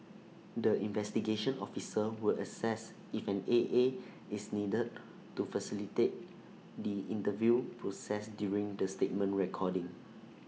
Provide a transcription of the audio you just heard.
the investigation officer will assess if an A A is needed to facilitate the interview process during the statement recording